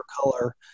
color